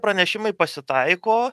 pranešimai pasitaiko